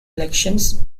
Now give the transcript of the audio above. elections